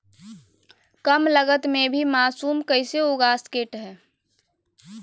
कम लगत मे भी मासूम कैसे उगा स्केट है?